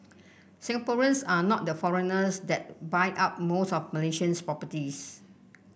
Singaporeans are not the foreigners that buy up most of Malaysia's properties